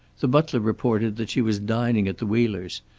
the butler reported that she was dining at the wheelers',